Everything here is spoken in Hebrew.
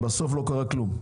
בסוף לא קרה כלום.